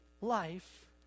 life